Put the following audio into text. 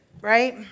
right